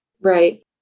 Right